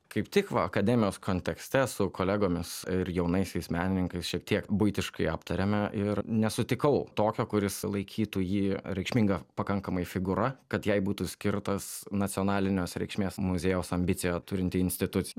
kaip tik va akademijos kontekste su kolegomis ir jaunaisiais menininkais šiek tiek buitiškai aptarėme ir nesutikau tokio kuris laikytų jį reikšminga pakankamai figūra kad jai būtų skirtas nacionalinės reikšmės muziejaus ambiciją turinti institucija